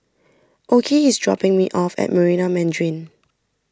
Okey is dropping me off at Marina Mandarin